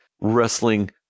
wrestling